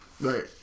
Right